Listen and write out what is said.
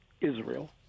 Israel